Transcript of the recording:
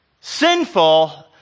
Sinful